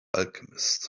alchemist